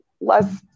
less